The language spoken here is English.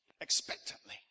Expectantly